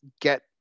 get